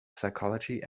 psychology